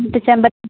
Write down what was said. മറ്റേ ചെമ്പരത്തി